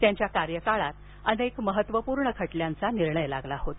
त्यांच्या कार्यकाळात अनेक महत्वपूर्ण खटल्यांचा निकाल लागला होता